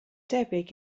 debyg